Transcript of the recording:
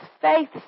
faith